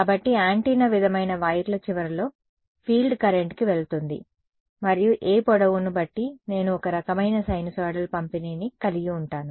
కాబట్టి యాంటెన్నా విధమైన వైర్ల చివరలో ఫీల్డ్ కరెంట్కి వెళుతుంది మరియు ఏ పొడవును బట్టి నేను ఒక రకమైన సైనూసోయిడల్ పంపిణీని కలిగి ఉంటాను